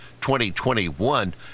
2021